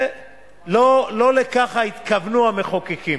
לא לכך התכוונו המחוקקים.